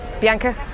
Bianca